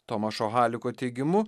tomašo haliko teigimu